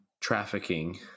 trafficking